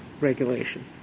regulation